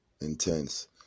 intense